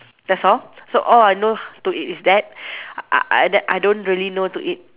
that's all so all I know to eat is that I I that I don't really know to eat